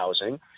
housing